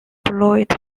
beloit